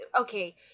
okay